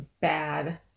bad